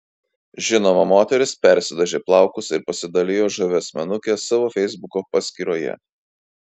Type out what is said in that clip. žinoma moteris persidažė plaukus ir pasidalijo žavia asmenuke savo feisbuko paskyroje